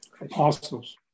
Apostles